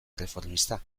erreformista